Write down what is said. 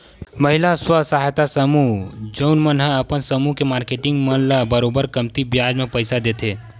महिला स्व सहायता समूह जउन मन ह अपन समूह के मारकेटिंग मन ल बरोबर कमती बियाज म पइसा देथे